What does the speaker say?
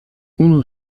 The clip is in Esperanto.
unu